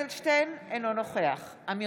בבקשה, תתייחס לנושא עצמו.